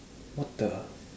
what the